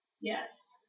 Yes